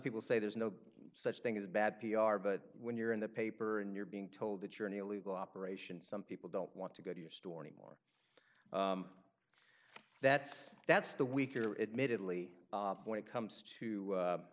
people say there's no such thing as bad p r but when you're in the paper and you're being told that you're an illegal operation some people don't want to go to your store anymore that's that's the weaker admittedly when it comes to